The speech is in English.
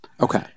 Okay